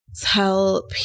tell